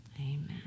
Amen